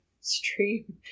stream